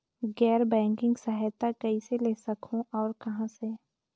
गैर बैंकिंग सहायता कइसे ले सकहुं और कहाँ से?